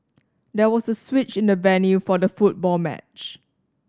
there was a switch in the venue for the football match